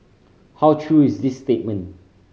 how true is this statement